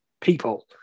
people